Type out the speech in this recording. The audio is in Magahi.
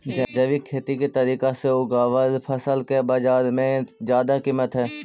जैविक खेती के तरीका से उगाएल फसल के बाजार में जादा कीमत हई